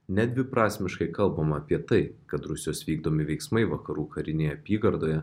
nedviprasmiškai kalbama apie tai kad rusijos vykdomi veiksmai vakarų karinėj apygardoje